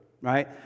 right